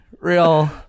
real